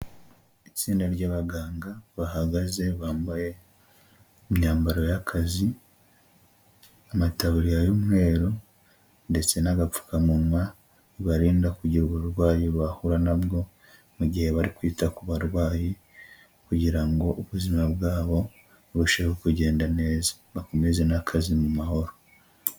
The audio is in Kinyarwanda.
Itsinda ry'abaganga bahagaze bambaye imyambaro y'akazi amataburiya y'umweru ndetse n'agapfukamunwa bibarinda kugira uburwayi bahura nabwo mu gihe bari kwita ku barwayi kugira ngo ubuzima bwabo burusheho kugenda neza bakomeze n'akazi mu mahoro.